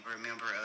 remember